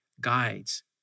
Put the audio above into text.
guides